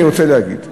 אני רוצה להגיד,